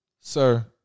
Sir